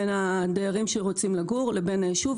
בין הדיירים שרוצים לגור ובין היישוב,